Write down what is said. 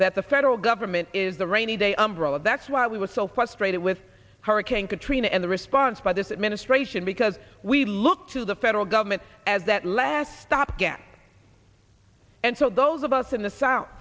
that the federal government is the rainy day umbrella that's why we were so frustrated with hurricane katrina and the response by this administration because we look to the federal government as that last stop gap and so those of us in the south